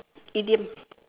idiom